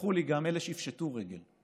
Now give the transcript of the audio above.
ותסלחו לי, גם אלה שיפשטו רגל?